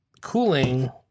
cooling